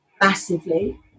massively